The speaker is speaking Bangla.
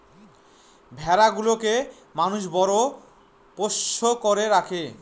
ভেড়া গুলোকে মানুষ বড় পোষ্য করে রাখে